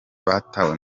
batawe